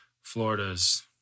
Florida's